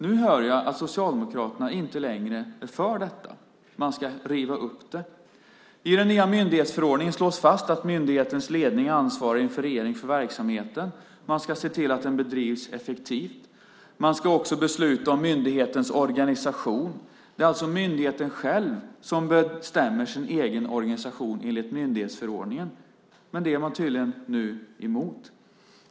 Nu hör jag att Socialdemokraterna inte längre är för detta. Man ska riva upp det. I den nya myndighetsförordningen slås fast att myndighetens ledning ansvarar inför regeringen för verksamheten. Man ska se till att den bedrivs effektivt. Man ska också besluta om myndighetens organisation. Det är alltså myndigheten själv som bestämmer sin egen organisation enligt myndighetsförordningen. Men det är man tydligen emot nu.